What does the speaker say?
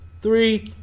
three